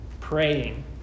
praying